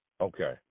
Okay